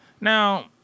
Now